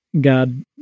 God